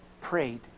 prayed